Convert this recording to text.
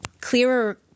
clearer